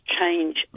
change